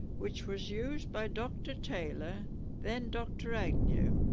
which was used by dr taylor then dr agnew,